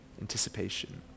Anticipation